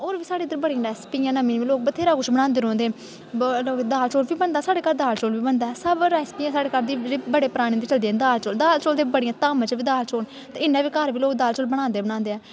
होर बी साढ़े इद्धर बड़ी रेसिपियां न नमियां लोक बथेरा कुछ बनांदे रौंह्दे दाल चौल फिर बनदा साढ़े घर दाल चौल बी बनदा रेसिपी ऐ साढ़े घर दी पराने दाल चौल ते बड़ियें धामें च बी दाल चौल ते घर बी लोक दाल चौल बनांदे बनांदे ऐ